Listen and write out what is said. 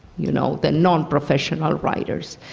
you know, the nonprofessional writers.